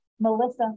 Melissa